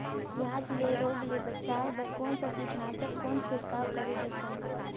पियाज मे रोग ले बचाय बार कौन सा कीटनाशक कौन छिड़काव करे बर चाही?